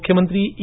मुख्यमंत्री ई